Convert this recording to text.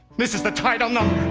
this is the title number!